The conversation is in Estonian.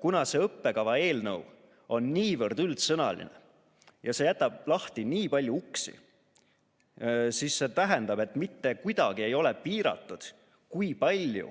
Kuna see õppekava eelnõu on niivõrd üldsõnaline ja jätab lahti nii palju uksi, siis see tähendab, et mitte kuidagi ei ole piiratud, kui palju